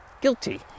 guilty